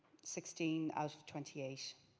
sixteen out of twenty eight.